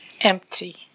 empty